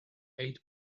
eight